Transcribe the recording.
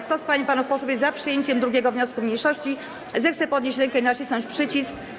Kto z pań i panów posłów jest za przyjęciem 2. wniosku mniejszości, zechce podnieść rękę i nacisnąć przycisk.